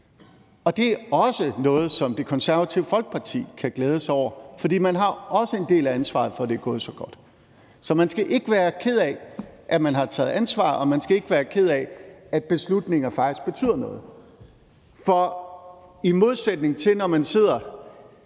Og det er også noget, som Det Konservative Folkeparti kan glæde sig over, for man har også en del af ansvaret for, at det er gået så godt. Så man skal ikke være ked af, at man har taget ansvar. Og man skal ikke være ked af, at beslutninger faktisk betyder noget. For i modsætning til når man sidder